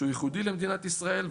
שהוא ייחודי למדינת ישראל,